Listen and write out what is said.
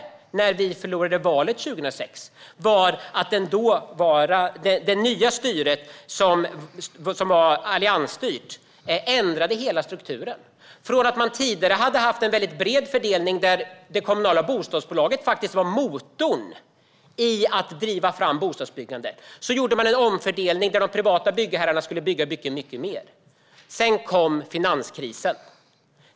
Men när vi förlorade valet 2006 ändrade det nya alliansstyret hela strukturen. Från att ha haft en bred fördelning, där det kommunala bostadsbolaget var motorn som drev bostadsbyggandet, gjorde man en omfördelning som innebar att de privata byggherrarna skulle bygga mycket mer. Sedan kom finanskrisen.